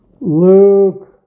Luke